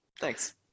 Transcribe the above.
Thanks